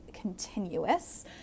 continuous